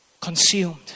Consumed